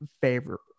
favor